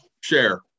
share